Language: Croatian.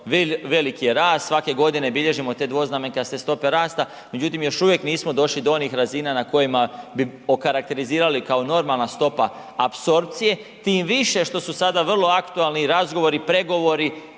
veliki je rast, svake godine bilježimo te dvoznamenkaste stope rasta međutim još uvijek nismo došli do onih razina na kojima bi okarakterizirali kao normalna stopa apsorpcije, tim više što su sada vrlo aktualni razgovori, pregovori